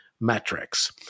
metrics